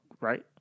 right